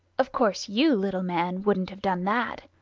of course, you, little man, wouldn't have done that!